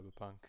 cyberpunk